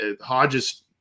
Hodge's